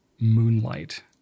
Moonlight